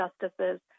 justices